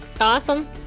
Awesome